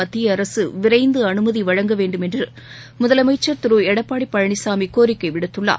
மத்திய அரசு விரைந்து அனுமதி வழங்க வேண்டும் என முதலமைச்சர் திரு எடப்பாடி பழனிசாமி கோரிக்கை விடுத்துள்ளார்